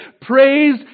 Praise